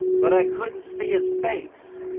but i couldn't see his face.